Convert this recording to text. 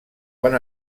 van